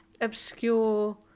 obscure